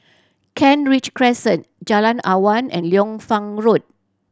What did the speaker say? Kent Ridge Crescent Jalan Awan and Liu Fang Road